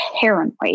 paranoid